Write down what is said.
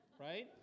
right